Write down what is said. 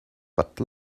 but